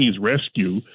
Rescue